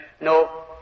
No